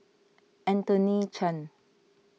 Anthony Chen